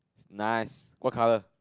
nice what colour